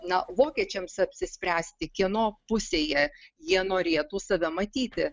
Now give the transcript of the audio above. na vokiečiams apsispręsti kieno pusėje jie norėtų save matyti